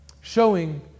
Showing